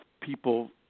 people